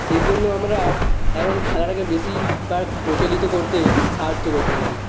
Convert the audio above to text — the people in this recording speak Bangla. সেই জন্য আমরা এখন খেলাটাকে বেশি প্রচলিত করতে সাহায্য করতে পারি